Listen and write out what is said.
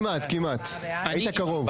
כמעט כמעט, היית קרוב.